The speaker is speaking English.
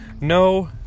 no